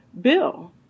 bill